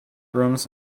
rooms